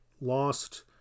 lost